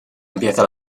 empieza